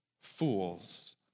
fools